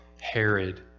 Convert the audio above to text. Herod